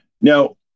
Now